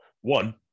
One